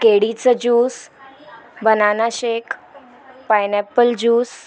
केळीचं juice banana shake pineapple juice